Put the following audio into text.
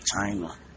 China